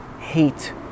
hate